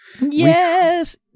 Yes